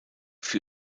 für